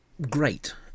great